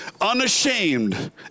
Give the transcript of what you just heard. unashamed